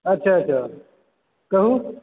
अच्छा अच्छा कहू